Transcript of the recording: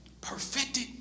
perfected